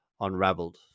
unraveled